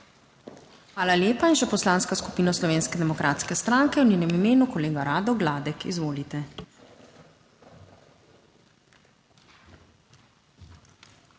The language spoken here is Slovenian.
Hvala lepa. Še Poslanska skupina Slovenske demokratske stranke, v njenem imenu kolega Rado Gladek. Izvolite.